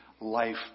life